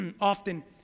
often